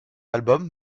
album